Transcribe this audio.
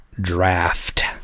draft